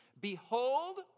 Behold